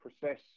process